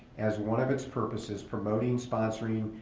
as one of its purposes, promoting, sponsoring,